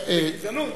זה גזענות.